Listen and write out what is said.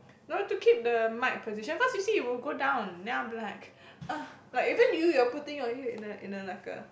no to keep the mic position cause you see it will go down then I'm like !ugh! like even you you are putting your head in a in a like a